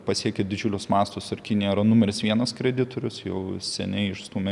pasiekė didžiulius mastus ir kinija yra numeris vienas kreditorius jau seniai išstūmė